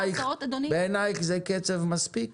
בעינייך, זה קצב מספיק